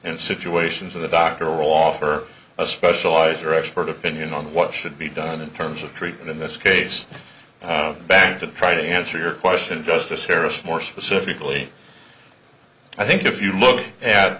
and situations with a doctor or a law for a specialize or expert opinion on what should be done in terms of treatment in this case back to try to answer your question justice harris more specifically i think if you look